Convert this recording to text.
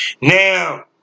Now